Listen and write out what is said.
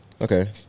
Okay